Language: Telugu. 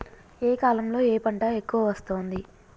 ఏ కాలంలో ఏ పంట ఎక్కువ వస్తోంది?